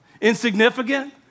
Insignificant